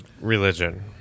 religion